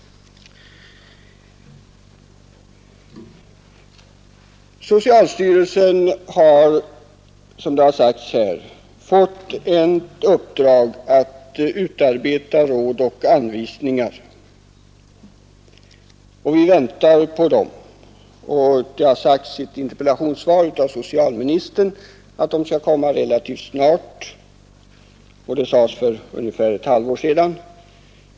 Socialstyrelsen har, som redan nämnts här, fått i uppdrag att utarbeta råd och anvisningar. Vi väntar på dem. Det har sagts i ett interpellationssvar av socialministern att de skall komma relativt snart; det var för ungefär ett halvår sedan.